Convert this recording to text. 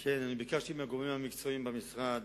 1 2. אני ביקשתי מהגורמים המקצועיים במשרד